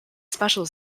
special